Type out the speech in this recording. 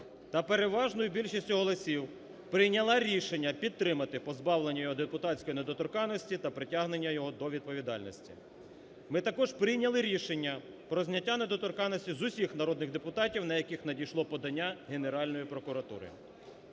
та переважною більшістю голосів прийняла рішення підтримати позбавлення його депутатської недоторканності та притягнення його до відповідальності. Ми також прийняли рішення про зняття недоторканності з усіх народних депутатів, на яких надійшло подання Генеральної прокуратури.